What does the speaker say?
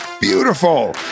beautiful